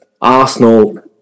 Arsenal